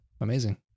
amazing